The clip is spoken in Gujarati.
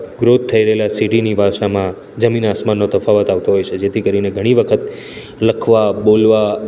ગ્રોથ થઈ રહેલા સિટીની ભાષામાં જમીન આસમાનનો તફાવત આવતો હોય છે જેથી કરીને ઘણી વખત લખવા બોલવા